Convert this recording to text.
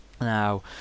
Now